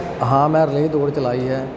ਹਾਂ ਮੈਂ ਰਿਲੇਅ ਦੋੜ ਚਲਾਈ ਹੈ